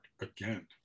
again